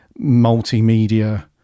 multimedia